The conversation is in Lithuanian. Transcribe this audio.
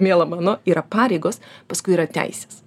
miela mano yra pareigos paskui yra teisės